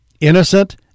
innocent